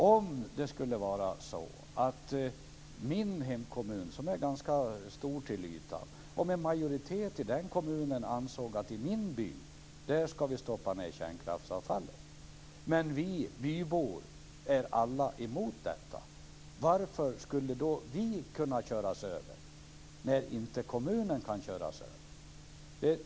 Om en majoritet i min hemkommun, som är ganska stor till ytan, ansåg att kärnkraftsavfallet skall stoppas ned i min hemby medan vi bybor alla är emot detta, varför skulle då vi kunna köras över när inte kommunen kan köras över?